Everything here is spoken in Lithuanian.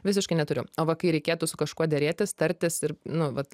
visiškai neturiu o va kai reikėtų su kažkuo derėtis tartis ir nu vat